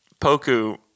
Poku